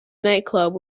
nightclub